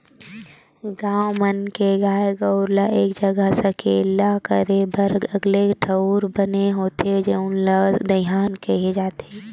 गाँव मन के गाय गरू ल एक जघा सकेला करे बर अलगे ठउर बने होथे जउन ल दईहान केहे जाथे